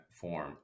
form